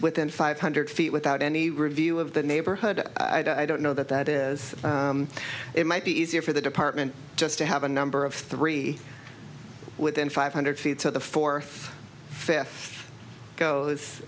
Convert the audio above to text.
within five hundred feet without any review of the neighborhood i don't know that that is it might be easier for the department just to have a number of three within five hundred feet so the fourth fifth goes